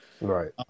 Right